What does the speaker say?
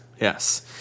Yes